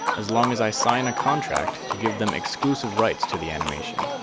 as long as i sign a contract to give them exclusive rights to the animation.